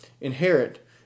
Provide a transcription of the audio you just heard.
inherit